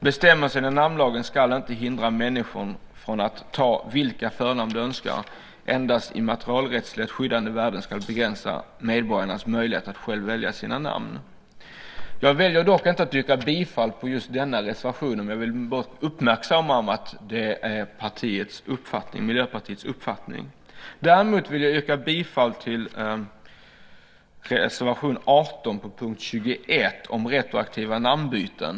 Bestämmelser i namnlagen ska inte hindra människor från att ta de förnamn de önskar. Endast immaterialrättsligt skyddade värden ska begränsa medborgarnas möjlighet att själv välja sina namn. Jag väljer dock inte att yrka bifall på just denna reservation. Jag vill bara göra er uppmärksamma på att det är Miljöpartiets uppfattning. Däremot vill jag yrka bifall till reservation 18 under punkt 21 om retroaktiva namnbyten.